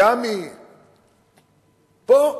מיאמי, פה,